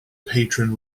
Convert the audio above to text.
patron